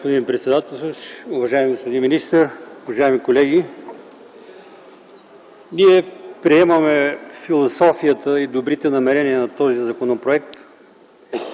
Уважаеми господин председателстващ, уважаеми господин министър, уважаеми колеги! Ние приемаме философията и добрите намерения на този законопроект.